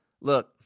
look